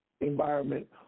environment